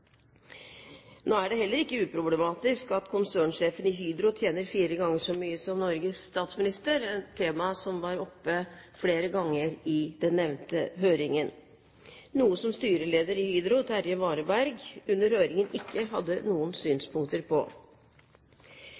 Nå er det heller ikke uproblematisk at konsernsjefen i Hydro tjener fire ganger så mye som Norges statsminister – et tema som var oppe flere ganger i den nevnte høringen – noe som styrelederen i Hydro, Terje Vareberg, ikke hadde noen synspunkter på